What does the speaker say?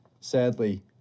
Sadly